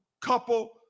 couple